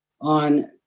on